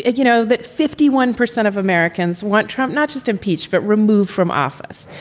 you know, that fifty one percent of americans want trump not just impeached, but removed from office.